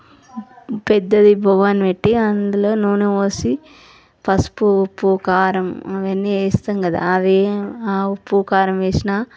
పెద్దది బగోన్ పెట్టి అందులో నూనె పోసి పసుపు ఉప్పు కారం అవన్నీ వేస్తాము కదా అవన్నీ ఆ ఉప్పు కారం వేసినా